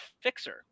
fixer